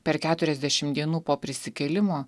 per keturiasdešimt dienų po prisikėlimo